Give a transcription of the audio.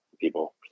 people